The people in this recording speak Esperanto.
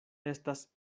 estas